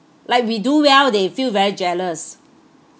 like we do well they feel very jealous